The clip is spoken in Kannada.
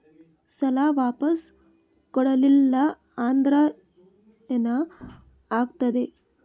ಸಾಲ ವಾಪಸ್ ಕೊಡಲಿಲ್ಲ ಅಂದ್ರ ಏನ ಆಗ್ತದೆ?